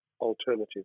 alternative